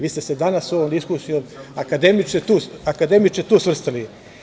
Vi ste se danas ovom diskusijom, akademiče, tu svrstali.